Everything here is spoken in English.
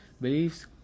beliefs